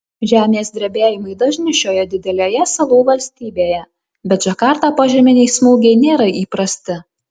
žemės drebėjimai dažni šioje didelėje salų valstybėje bet džakartą požeminiai smūgiai nėra įprasti